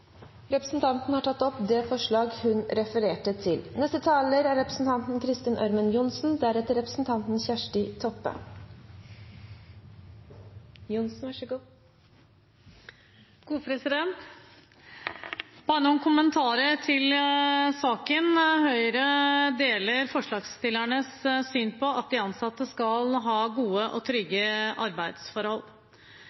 Representanten Olaug V. Bollestad har tatt opp det forslaget hun refererte til. Bare noen kommentarer til saken. Høyre deler forslagsstillernes syn – at de ansatte skal ha gode og